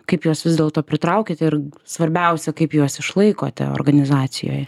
kaip juos vis dėlto pritraukiate ir svarbiausia kaip juos išlaikote organizacijoj